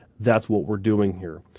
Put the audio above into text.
that's what we're doing here.